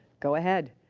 go ahead,